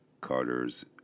Carter's